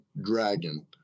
dragon